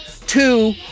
two